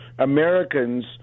Americans